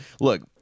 look